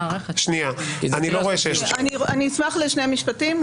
אני אשמח לשני משפטים.